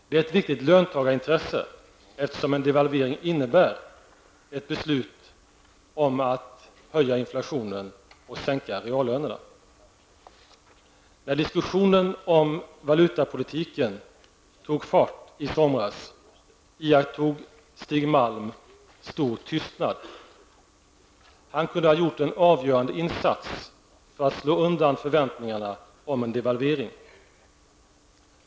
Det är ett viktigt löntagarintresse, eftersom en devalvering innebär ett beslut om att öka inflationen och sänka reallönerna. När diskussionen om valutapolitiken tog fart i somras iakttog Stig Malm stor tystnad. Han kunde ha gjort en avgörande insats för att slå undan förväntningarna om en devalvering.